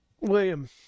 William